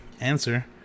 answer